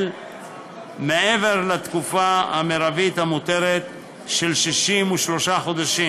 מעבר לתקופה המרבית המותרת של 63 חודשים,